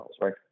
right